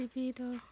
TV ᱫᱚ